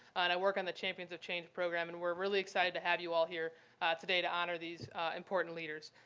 and i work on the champions of change program. and we're really excited to have you all here today to honor these important leaders.